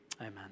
amen